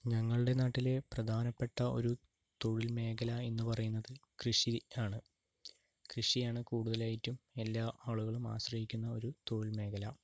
ഞങ്ങളുടെ നാട്ടിലെ പ്രധാനപ്പെട്ട ഒരു തൊഴില്മേഖല എന്നുപറയുന്നത് കൃഷി ആണ് കൃഷിയാണ് കൂടുതലായിട്ടും എല്ലാ ആളുകളും ആശ്രയിക്കുന്നൊരു തൊഴില്മേഖല